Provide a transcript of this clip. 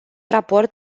raport